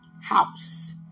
house